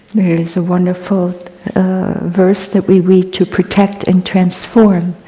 there is a wonderful verse that we read, to protect and transform